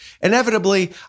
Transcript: Inevitably